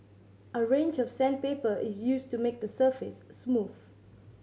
a range of sandpaper is used to make the surface smooth